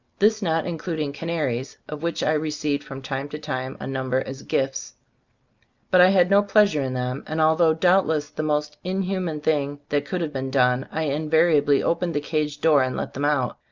this not including canaries, of which i re ceived from time to time a number as gifts but i had no pleasure in them, and although doubtless the most in human thing that could have been done, i invariably opened the cage door and let them out.